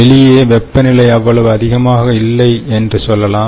வெளியே வெப்பநிலை அவ்வளவு அதிகமாக இல்லை என்று சொல்லலாம்